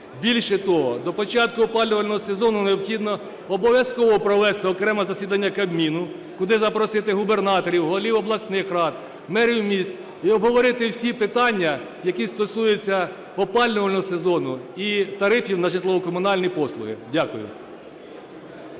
Більше того, до початку опалювального сезону необхідно обов'язково провести окреме засідання Кабміну, куди запросити губернаторів, голів обласних рад, мерів міст і обговорити всі питання, які стосуються опалювального сезону і тарифів на житлово-комунальні послуги. Дякую.